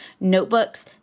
notebooks